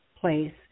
place